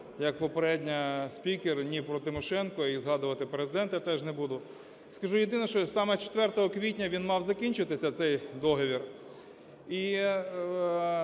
як попередня спікер, ні про Тимошенко, і згадувати Президента я теж не буду. Скажу єдине, що саме 4 квітня він мав закінчитися, це договір.